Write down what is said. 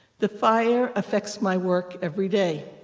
the fire affects my work every day.